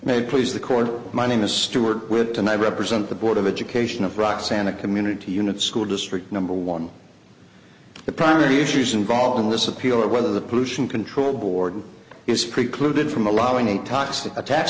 may please the court my name is stuart whitten i represent the board of education of roxana community unit school district number one the primary issues involved in this appeal of whether the pollution control board is precluded from allowing a